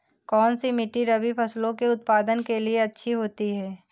कौनसी मिट्टी रबी फसलों के उत्पादन के लिए अच्छी होती है?